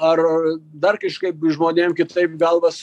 ar dar kažkaip žmonėm kitaip galvas